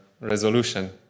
resolution